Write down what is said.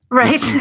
right